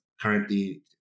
currently